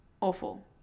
Awful